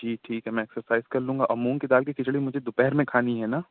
جی ٹھیک ہے میں ایکسرسائز کر لوں گا اور مونگ کی دال کی کھچڑی مجھے دوپہر میں کھانی ہے نا